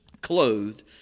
clothed